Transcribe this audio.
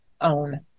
own